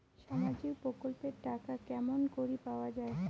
সামাজিক প্রকল্পের টাকা কেমন করি পাওয়া যায়?